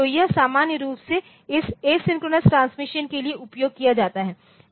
तो यह सामान्य रूप से इस एसिंक्रोनस ट्रांसमिशन के लिए उपयोग किया जाता है